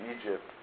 Egypt